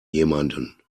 jemanden